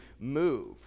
move